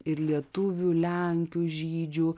ir lietuvių lenkių žydžių